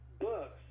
books